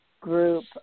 group